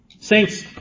Saints